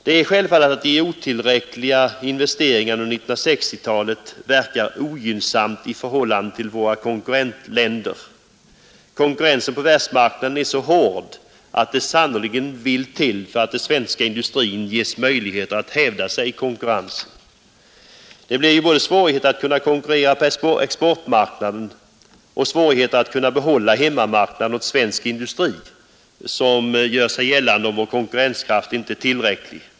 Det är självklart att de otillräckliga investeringarna under 1960-talet verkar ogynnsamt i förhållande till våra konkurrentländer. Konkurrensen på världsmarknaden är så hård att det sannerligen vill till att den svenska industrin ges möjligheter att hävda sig i konkurrensen. Både svårigheten att kunna konkurrera på exportmarknaden och svårigheten att kunna behålla hemmamarknaden åt svensk industri gör sig gällande om vår konkurrenskraft inte är tillräcklig.